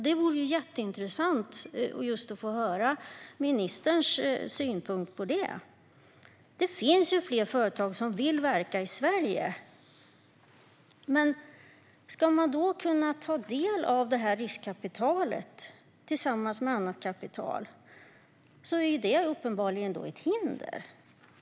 Det vore jätteintressant att få höra ministerns synpunkt om detta. Det finns fler företag som vill verka i Sverige, men om man ska kunna ta del av riskkapitalet tillsammans med annat kapital är det uppenbarligen ett hinder.